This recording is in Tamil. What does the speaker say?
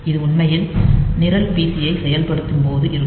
இது உண்மையில் நிரல் பிசி ஐ செயல்படுத்தும் போது இருக்கும்